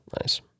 Nice